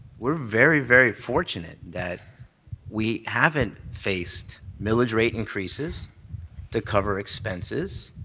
we're very, very fortunate that we haven't faced millage rate increases to cover expenses,